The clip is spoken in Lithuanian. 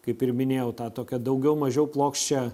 kaip ir minėjau tą tokią daugiau mažiau plokščią